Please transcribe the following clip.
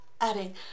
adding